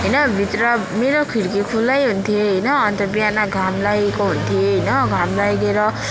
होइन भित्र मेरो खिर्की खुल्लै हुन्थे होइन अन्त बिहान घाम लागेको हुन्थे होइन घाम लागेर